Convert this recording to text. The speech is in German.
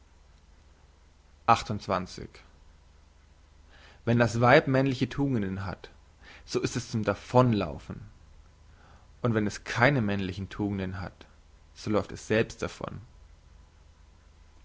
wenn das weib männliche tugenden hat so ist es zum davonlaufen und wenn es keine männlichen tugenden hat so läuft es selbst davon